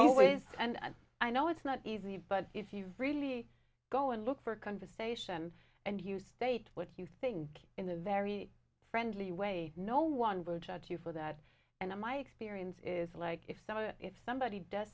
always and i know it's not easy but if you really go and look for conversation and you state what you think in a very friendly way no one will judge you for that and in my experience is like if somebody if somebody does